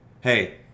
hey